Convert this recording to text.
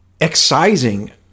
excising